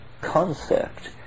concept